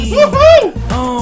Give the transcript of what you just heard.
Woohoo